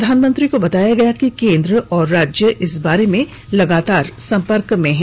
प्रधानमंत्री को बताया गया कि केंद्र और राज्य इस बारे में लगातार सम्पर्क में हैं